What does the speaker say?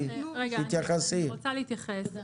אני רוצה להתייחס.